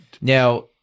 Now